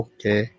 Okay